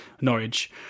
Norwich